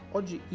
Oggi